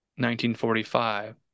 1945